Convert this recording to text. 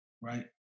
right